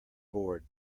board